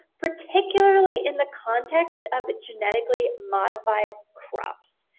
particularly in the context of the genetically modified crops.